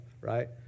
right